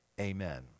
Amen